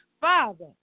father